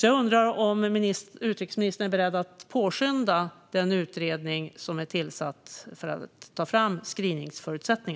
Jag undrar om utrikesministern är beredd att påskynda den utredning som har tillsatts för att ta fram förutsättningar för screening.